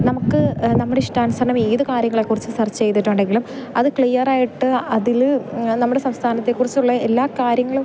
നമുക്ക് നമ്മുടെ ഇഷ്ടാനുസരണം ഏത് കാര്യങ്ങളെ കുറിച്ച് സർച്ച് ചെയ്തിട്ട് ഉണ്ടെങ്കിലും അത് ക്ലിയറായിട്ട് അതിൽ നമ്മുടെ സംസ്ഥാനത്തെ കുറിച്ചുള്ള എല്ലാ കാര്യങ്ങളും